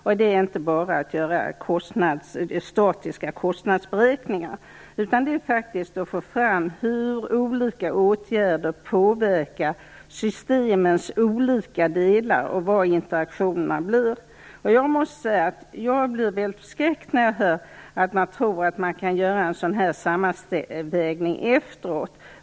Det gäller då inte bara att göra statiska kostnadsberäkningar, utan det gäller faktiskt att få fram hur olika åtgärder påverkar systemens olika delar och hur interaktionen utformas. Jag blir förskräckt när jag hör att man tror att man kan göra en sådan här sammanvägning efteråt.